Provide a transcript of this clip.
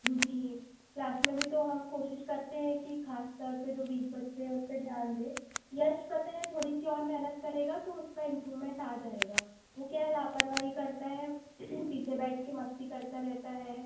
हाँ जी क्लास में भी तो हम कोशिश करते हैं कि खास तौर पे जो वीक बच्चे हैं उन पे ध्यान दें यश पता है थोड़ी सी और मेहनत करेगा तो उसका इम्प्रूवमेंट आ जायेगा वो क्या है लापरवाही करता है पीछे बैठ के मस्ती करता रहता है